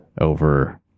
over